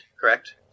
correct